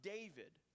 David